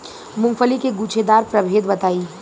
मूँगफली के गूछेदार प्रभेद बताई?